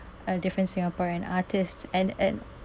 a different singaporean artists and and